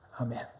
Amen